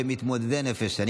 צריך